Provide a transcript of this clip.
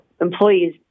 employees